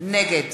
נגד